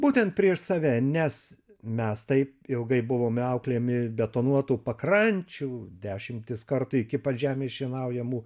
būtent prieš save nes mes taip ilgai buvome auklėjami betonuotų pakrančių dešimtis kartų iki pat žemės šienaujamų